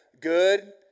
good